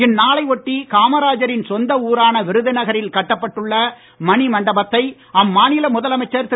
இந்நாளை ஒட்டி காமராஜரின் சொந்த ஊரான விருதுநகரில் கட்டப்பட்டுள்ள மணி மண்டபத்தை அம்மாநில முதலமைச்சர் திரு